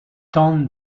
tente